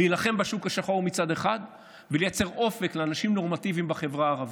להילחם בשוק השחור מצד אחד ולייצר אופק לאנשים נורמטיביים בחברה הערבית.